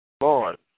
Lord